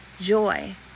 joy